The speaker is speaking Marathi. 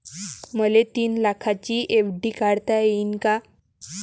मले तीन लाखाची एफ.डी काढता येईन का?